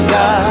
God